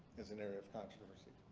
as an area of controversy?